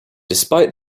despite